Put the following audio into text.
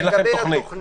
אין להם תוכנית.